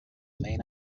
main